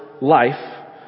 life